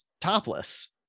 topless